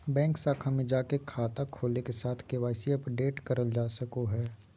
bank शाखा में जाके खाता खोले के साथ के.वाई.सी अपडेट करल जा सको हय